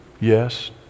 Yes